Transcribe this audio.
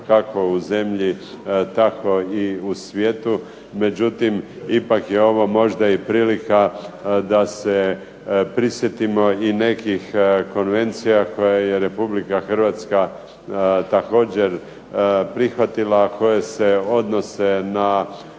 kako u zemlji tako i u svijetu. Međutim, ipak je ovo možda i prilika da se prisjetimo i nekih konvencija koje je RH također prihvatila, a koje se odnose na